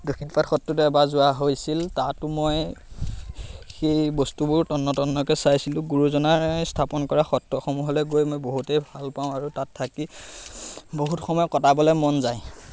দক্ষিণপাট সত্ৰতো এবাৰ যোৱা হৈছিল তাতো মই সেই বস্তুবোৰ তন্নতন্নকৈ চাইছিলোঁ গুৰুজনাই স্থাপন কৰা সত্ৰসমূহলৈ গৈ মই বহুতেই ভাল পাওঁ আৰু তাত থাকি বহুত সময় কটাবলৈ মন যায়